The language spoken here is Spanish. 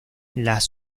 las